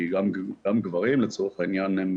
כי גם גברים לצורך העניין הם